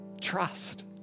trust